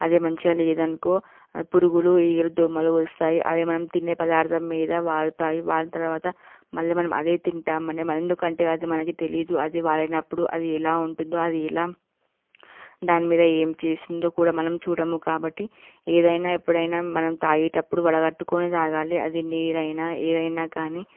అదే మంచిగా లేదనుకో పురుగులు ఈగలు దోమలు వస్తాయి అవే మనం తినే పదార్థం మీద వాలుతాయి వాలిన తర్వాత మళ్ళీ మనం అదే తింటాం మనం ఎందుకంటే అది మనకు తెలియదు అది వాలినప్పుడు అది ఎలా ఉంటుందో అది ఎలా దానిమీద ఏం చేసిందో కూడా మనము చూడము కాబట్టి ఏదైనా ఎప్పుడైనా మనం తాగేటప్పుడు వడగట్టుకుని తాగాలి అది నీరైనా ఏదైనా కానీ